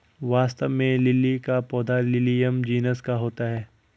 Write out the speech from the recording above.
वास्तव में लिली का पौधा लिलियम जिनस का होता है